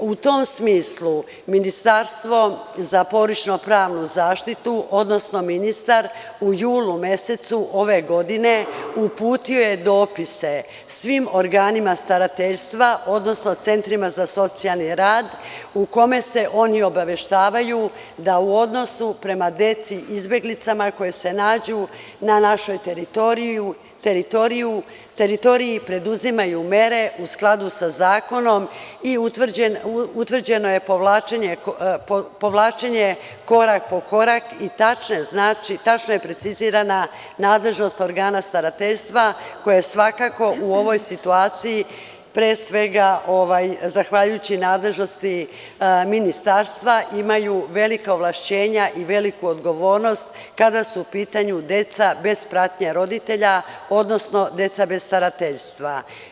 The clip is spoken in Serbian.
U tom smislu, ministarstvo za porodično-pravnu zaštitu, odnosno ministar u julu mesecu ove godine uputio je dopise svim organima starateljstva, odnosno centrima za socijalni rad u kome se oni obaveštavaju da u odnosu prema deci izbeglicama, koja se nađu na našoj teritoriji, preduzimaju mere u skladu sa zakonom i utvrđeno je povlačenje korak po korak i tačno je precizirana nadležnost organa starateljstva, koja u ovoj situaciji, zahvaljujući nadležnosti ministarstva, imaju velika ovlašćenja i veliku odgovornost kada su u pitanju deca bez pratnje roditelja, odnosno deca bez starateljstva.